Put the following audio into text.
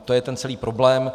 To je ten celý problém.